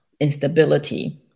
instability